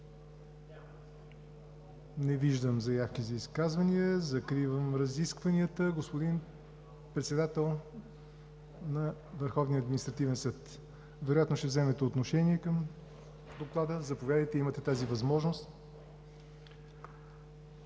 Не виждам заявки за изказвания. Господин Председател на Върховния административен съд, вероятно ще вземете отношение към Доклада – заповядайте, имате тази възможност.